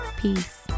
Peace